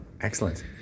Excellent